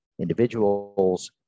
individuals